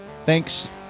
Thanks